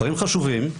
דברים חשובים.